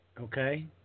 okay